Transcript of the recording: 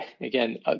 again